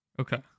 Okay